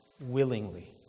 willingly